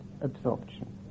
absorption